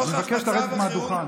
אני מבקש ממך לרדת מהדוכן.